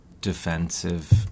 defensive